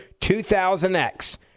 2000X